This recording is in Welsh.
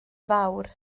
fawr